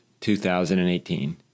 2018